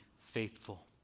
faithful